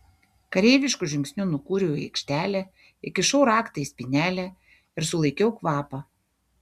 kareivišku žingsniu nukūriau į aikštelę įkišau raktą į spynelę ir sulaikiau kvapą